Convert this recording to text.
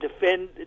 defend